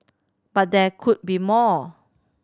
but there could be more